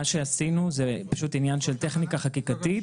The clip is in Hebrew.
מה שעשינו זה עניין של טכניקה חקיקתית.